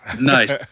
nice